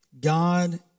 God